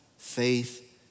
Faith